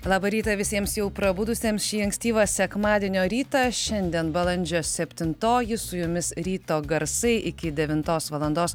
labą rytą visiems jau prabudusiems šį ankstyvą sekmadienio rytą šiandien balandžio septintoji su jumis ryto garsai iki devintos valandos